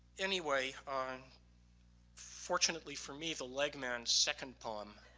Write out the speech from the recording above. anyway, on fortunately for me, the leg man's second poem